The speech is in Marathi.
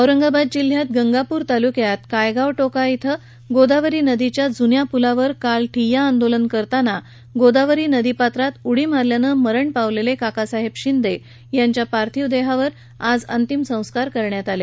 औरंगाबाद जिल्ह्यात गंगापूर तालुक्यात कायगाव टोका इथं गोदावरी नदीच्या जून्या पुलावर काल ठिय्या आंदोलनाकरताना गोदावरी नदीपात्रात उडी मारल्यानं मृत्यू पावलेले काकासाहेब शिंदे यांच्या पार्थिव देहावर आज अंत्यसंस्कार करण्यात आले